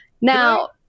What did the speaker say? Now